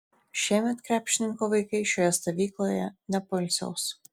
šiemet krepšininko vaikai šioje stovykloje nepoilsiaus